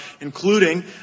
including